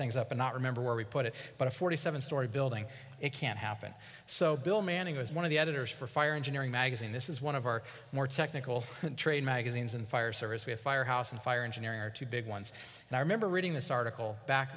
things up and not remember where we put it but a forty seven story building it can't happen so bill manning was one of the editors for fire engineering magazine this is one of our more technical train magazines and fire service we have fire house and fire engineering are two big ones and i remember reading this article back